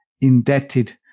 indebted